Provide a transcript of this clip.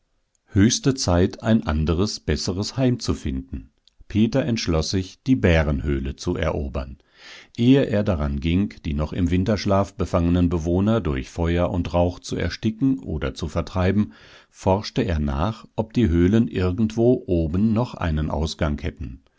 höchste zeit ein anderes besseres heim zu finden peter entschloß sich die bärenhöhlen zu erobern ehe er daran ging die noch im winterschlaf befangenen bewohner durch feuer und rauch zu ersticken oder zu vertreiben forschte er nach ob die höhlen irgendwo oben noch einen ausgang hätten